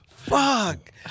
Fuck